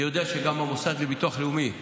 אני יודע שגם המוסד לביטוח לאומי,